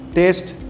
taste